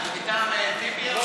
זה מטעם טיבי יצא?